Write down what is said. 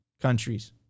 countries